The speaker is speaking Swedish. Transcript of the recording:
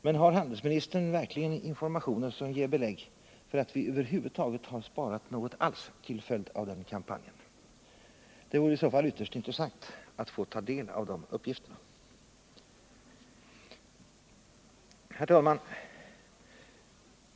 Men har handelsministern verkligen informationer som ger belägg för att vi över huvud taget har sparat något alls till följd av den kampanjen? Det vore i så fall ytterst intressant att få ta del av de uppgifterna. Herr talman!